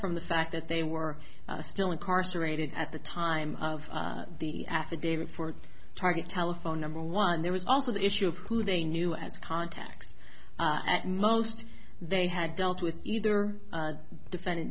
from the fact that they were still incarcerated at the time of the affidavit for target telephone number one there was also the issue of who they knew as contacts at most they had dealt with either defend